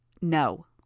No